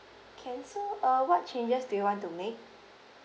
can so uh what changes do you want to make